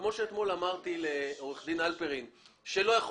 כפי שאתמול אמרתי לעורכת דין הלפרין שלא יכול